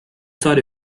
side